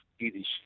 easy